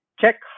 check